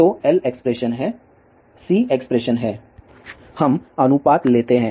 तो L expression है C expression है हम अनुपात लेते हैं